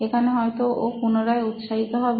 এখানে হয়তো ও পুনরায় উৎসাহিত হবে